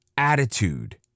Attitude